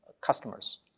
customers